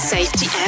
Safety